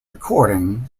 recording